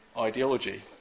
ideology